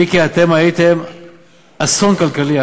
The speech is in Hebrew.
מיקי, אתם הייתם אסון כלכלי.